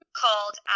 called